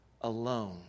alone